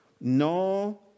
No